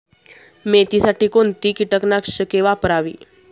मेथीसाठी कोणती कीटकनाशके वापरावी?